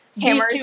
hammers